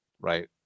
right